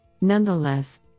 Nonetheless